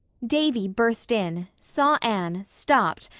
davy burst in, saw anne, stopped,